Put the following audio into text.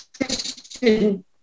Christian